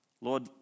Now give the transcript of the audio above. Lord